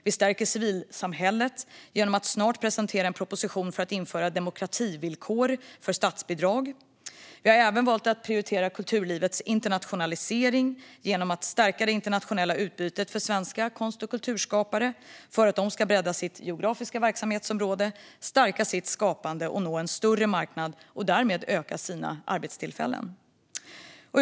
Vi stärker civilsamhället genom att snart presentera en proposition om att införa demokrativillkor för statsbidrag. Vi har även valt att prioritera kulturlivets internationalisering genom att stärka det internationella utbytet för svenska konst och kulturskapare med syftet att de ska bredda sitt geografiska verksamhetsområde, stärka sitt skapande, nå en större marknad och därmed öka sina arbetstillfällen.